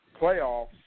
playoffs